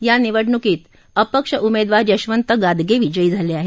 या निवडणूकित अपक्ष उमेदवार यशवंत गादगे विजयी झाले आहेत